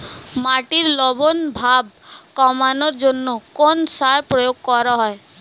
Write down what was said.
মাটির লবণ ভাব কমানোর জন্য কোন সার প্রয়োগ করা হয়?